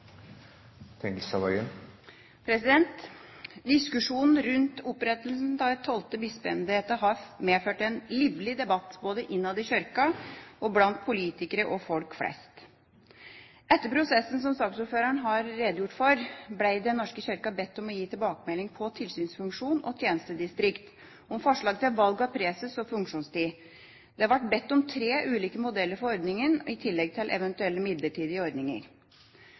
innhold. Diskusjonen rundt opprettelsen av et tolvte bispeembete har medført en livlig debatt både innad i Kirka og blant politikere og folk flest. Etter prosessen, som saksordføreren har redegjort for, ble Den norske kirke bedt om tilbakemelding på tilsynsfunksjonen og tjenestedistrikt, om forslag til valg av preses og funksjonstid. Det ble bedt om tre ulike modeller for ordninga, i tillegg til eventuelle midlertidige